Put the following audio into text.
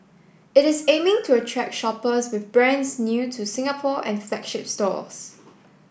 it is aiming to attract shoppers with brands new to Singapore and flagship stores